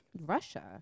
Russia